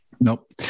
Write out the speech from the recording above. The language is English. Nope